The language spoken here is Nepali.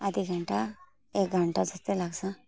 आधी घन्टा एक घन्टा जस्तै लाग्छ